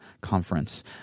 conference